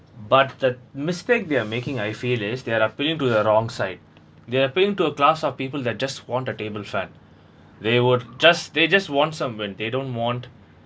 but the mistake they are making I feel is they're appealing to the wrong side they're appealing to a class of people that just want a table fan they were just they just want they don't want